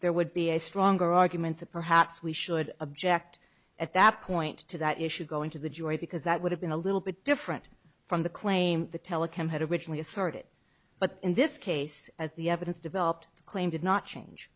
there would be a stronger argument that perhaps we should object at that point to that issue going to the joy because that would have been a little bit different from the claim the telecom had originally assorted but in this case as the evidence developed the claim did not change